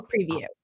preview